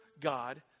God